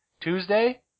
Tuesday